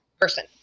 person